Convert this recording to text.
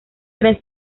tren